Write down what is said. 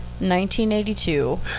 1982